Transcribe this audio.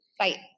Right